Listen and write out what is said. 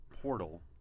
portal